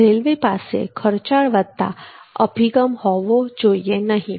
railway પાસે ખર્ચાળ વત્તા અભિગમ હોવો જોઈએ નહીં